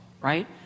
right